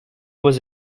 was